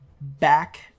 back